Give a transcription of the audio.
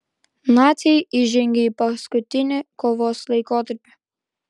naciai įžengė į paskutinį kovos laikotarpį